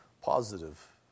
positive